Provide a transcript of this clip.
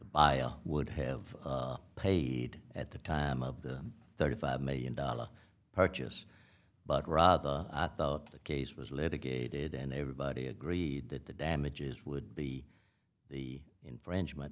bio would have paid at the time of the thirty five million dollars purchase but rather i thought the case was litigated and everybody agreed that the damages would be the infringement